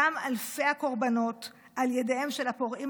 דם אלפי הקורבנות על ידיהם של הפורעים